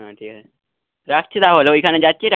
হ্যাঁ ঠিক আছে রাখছি তাহলে ওইখানে যাচ্ছি